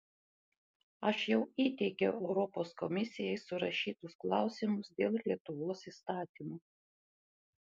aš jau įteikiau europos komisijai surašytus klausimus dėl lietuvos įstatymo